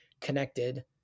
connected